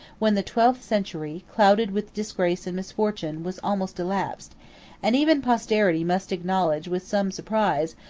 when the twelfth century, clouded with disgrace and misfortune, was almost elapsed and even posterity must acknowledge with some surprise,